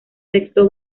sexto